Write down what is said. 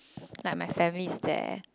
like my family is there